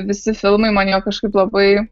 visi filmai man jo kažkaip labai